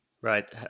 Right